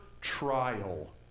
trial